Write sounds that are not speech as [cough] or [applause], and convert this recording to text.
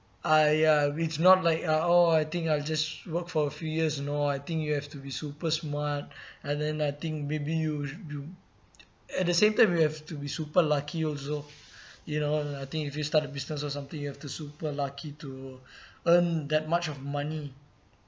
ah ya it's not like ah oh I think I'll just work for a few years you know I think you have to be super smart [breath] and then I think maybe you you at the same time you have to be super lucky also you know I think if you start a business or something you have to super lucky to [breath] earn that much of money